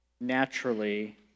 naturally